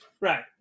Right